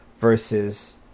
versus